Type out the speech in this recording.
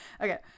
okay